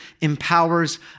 empowers